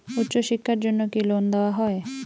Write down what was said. উচ্চশিক্ষার জন্য কি লোন দেওয়া হয়?